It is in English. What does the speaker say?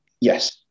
Yes